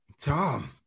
Tom